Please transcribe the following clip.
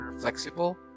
flexible